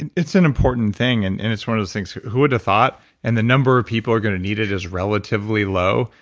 and it's an important thing and and it's one of those things who would've thought and the number of people are going to need it is relatively low,